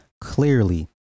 clearly